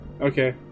Okay